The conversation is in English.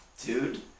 dude